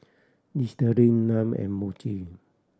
Listerine Nan and Muji